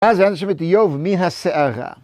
אז ויען השם את איוב מהסערה.